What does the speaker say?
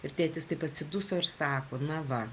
ir tėtis taip atsiduso ir sako na va